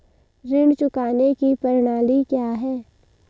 ऋण चुकाने की प्रणाली क्या है?